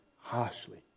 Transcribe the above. harshly